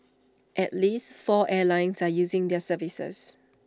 at least four airlines are using their services